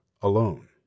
alone